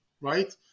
right